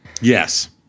Yes